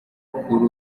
kuri